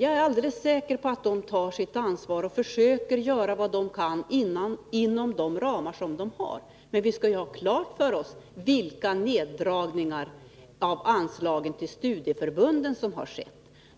Jag är alldeles säker på att studieförbunden tar sitt ansvar och försöker göra vad de kan inom angivna ramar, men vi skall ha klart för oss att det har gjorts andra stora nedskärningar i anslagen till studieförbunden.